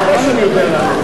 אתה יודע שאני יודע לענות לך.